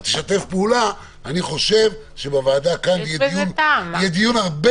אז שתף פעולה אני חושב שבוועדה כאן יהיה דיון הרבה